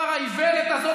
בבתי הקפה ומחאו כפיים,